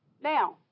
Now